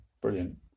brilliant